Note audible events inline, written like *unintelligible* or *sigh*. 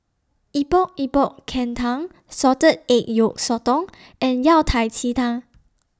Epok Epok Kentang Salted Egg Yolk Sotong and Yao *unintelligible* Tang